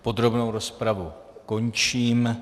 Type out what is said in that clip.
Podrobnou rozpravu končím.